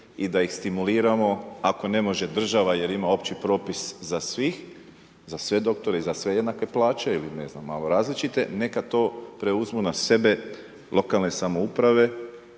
i da ih stimuliramo, ako ne može država jer ima opći propis za svih, za sve doktore, za sve jednake plaće ili ne znam, malo različite, neka to preuzmu na sebe lokalne samouprave